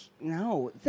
no